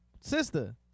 sister